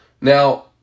Now